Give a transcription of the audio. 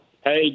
Hey